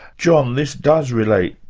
john, this does relate,